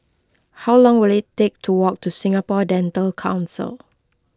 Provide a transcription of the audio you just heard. how long will it take to walk to Singapore Dental Council